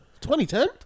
2010